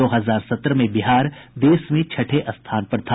दो हजार सत्रह में बिहार देश में छठे स्थान पर था